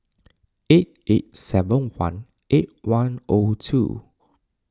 eight eight seven one eight one O two